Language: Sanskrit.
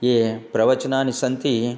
ये प्रवचनानि सन्ति